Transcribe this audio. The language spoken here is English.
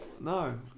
No